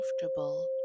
comfortable